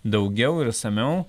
daugiau ir išsamiau